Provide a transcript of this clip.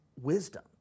wisdom